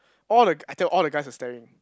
all the guy I tell you all the guys were staring